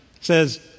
says